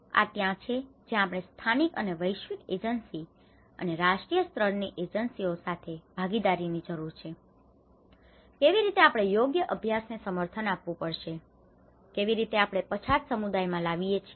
આ ત્યાં છે જ્યાં આપણે સ્થાનિક અને વૈશ્વિક એજન્સી અને રાષ્ટ્રીય સ્તરની એજન્સી ઓ સાથે ભાગીદારી ની જરૂર છે કેવી રીતે આપણે યોગ્ય અભ્યાસને સમર્થન આપવું પડશે કેવી રીતે આપણે પછાત સમુદાયોમાં લાવી શકીએ